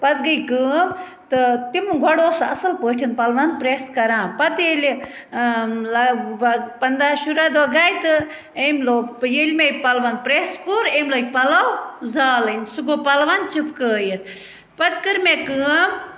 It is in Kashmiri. پَتہٕ گٔے کٲم تہٕ تِم گۄڈٕ اوس سُہ اصٕل پٲٹھۍ پَلوَن پرٛیٚس کَران پَتہٕ ییٚلہِ ٲں لَگ بھَگ پَنٛداہ شُراہ دۄہ گٔے تہٕ أمۍ لوٚگ ییٚلہِ مےٚ پَلوَن پرٛیٚس کوٚر أمۍ لٲگۍ پَلَو زالٕنۍ سُہ گوٚو پَلوَن چِپکٲیِتھ پَتہٕ کٔر مےٚ کٲم